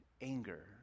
anger